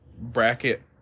Bracket